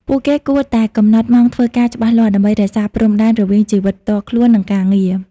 ពួកគេគួរតែ កំណត់ម៉ោងធ្វើការច្បាស់លាស់ ដើម្បីរក្សាព្រំដែនរវាងជីវិតផ្ទាល់ខ្លួន និងការងារ។